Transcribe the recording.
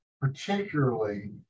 particularly